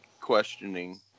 questioning